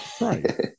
Right